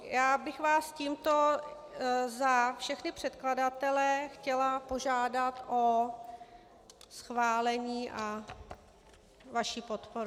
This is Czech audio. Já bych vás tímto za všechny předkladatele chtěla požádat o schválení a vaši podporu.